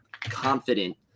confident